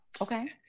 Okay